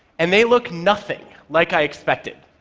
and they look nothing like i expected.